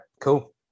cool